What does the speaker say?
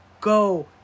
Go